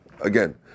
Again